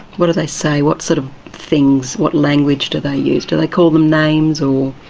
what do they say, what sort of things, what language do they use? do they call them names or,